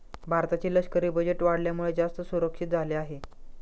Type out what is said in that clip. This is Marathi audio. भारताचे लष्करी बजेट वाढल्यामुळे, जास्त सुरक्षित झाले आहे